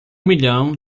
milhão